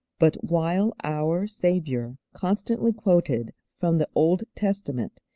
but while our saviour constantly quoted from the old testament,